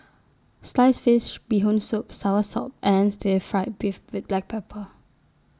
Sliced Fish Bee Hoon Soup Soursop and Stir Fried Beef with Black Pepper